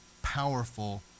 powerful